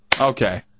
okay